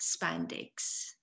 spandex